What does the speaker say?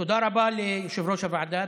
תודה רבה ליושב-ראש הוועדה,